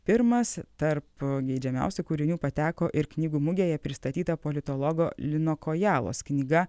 pirmas tarp geidžiamiausių kūrinių pateko ir knygų mugėje pristatyta politologo lino kojalos knyga